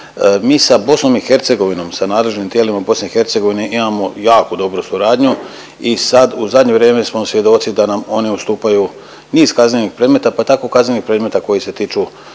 Mi sa BiH, sa nadležnim tijelima BiH imamo jako dobru suradnju i sad u zadnje vrijeme smo svjedoci da nam oni ustupaju niz kaznenih predmeta, pa tako kaznenih predmeta koji se tiču